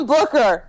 Booker